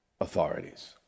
authorities